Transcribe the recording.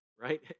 right